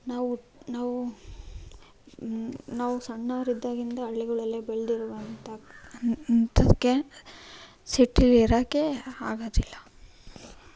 ನಾವು ನಾವು ನಾವು ಸಣ್ಣವರಿದ್ದಾಗಿಂದ ಹಳ್ಳಿಗಳಲ್ಲಿ ಬೆಳೆದಿರುವಂತಕ್ಕ ಅಂತಕ್ಕೆ ಸಿಟಿಲಿರೋಕ್ಕೆ ಆಗೋದಿಲ್ಲ